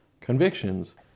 convictions